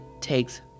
takes